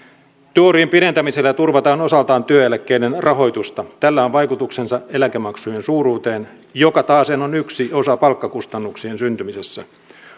työurien pidentämisellä turvataan osaltaan työeläkkeiden rahoitusta tällä on vaikutuksensa eläkemaksujen suuruuteen joka taasen on yksi osa palkkakustannuksien syntymisessä